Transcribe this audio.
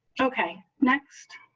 okay, next.